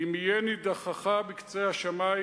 "אם יהיה נידחך בקצה השמים,